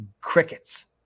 crickets